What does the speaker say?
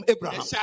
Abraham